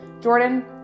Jordan